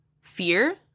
fear